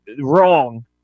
wrong